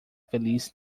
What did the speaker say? feliz